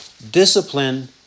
Discipline